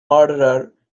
murderer